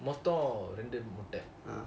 மொத்தம் ரெண்டு முட்ட:motham rendu mutta